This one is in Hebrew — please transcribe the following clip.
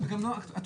מה לעשות,